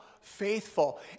faithful